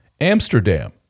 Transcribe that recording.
Amsterdam